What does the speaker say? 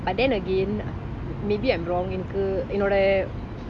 but then again maybe I'm wrong என்னக்கு என்னோட:ennaku ennoda